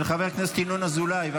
של חבר הכנסת ינון אזולאי.